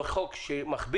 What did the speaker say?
זה חוק שמכביד.